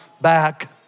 back